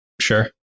sure